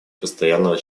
постоянного